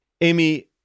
Amy